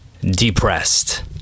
depressed